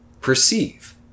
perceive